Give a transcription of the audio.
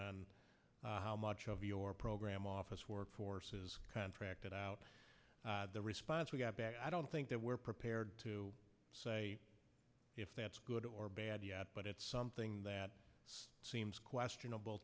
of how much of your program office workforce is contracted out the response we got back i don't think that we're prepared to say if that's good or bad yet but it's something that seems questionable